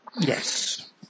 Yes